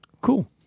Cool